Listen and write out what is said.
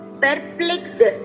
Perplexed